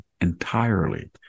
entirely